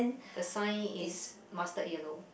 the sign is mustard yellow